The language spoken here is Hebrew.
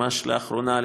ממש לאחרונה,